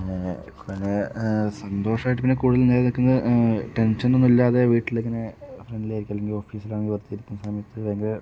പിന്നെ സന്തോഷമായിട്ട് പിന്നെ കൂടുതൽ നേരമൊക്കെ ഇങ്ങനെ ടെൻഷനൊന്നും ഇല്ലാതെ വീട്ടിലിങ്ങനെ ഫ്രണ്ട്ലി ആയിരിക്കും അല്ലെങ്കിൽ ഓഫീസിലാണെങ്കിൽ വെറുതെ ഇരിക്കുന്ന സമയത്ത് ഭയങ്കര